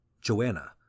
Joanna